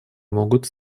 могут